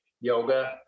yoga